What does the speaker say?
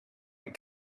and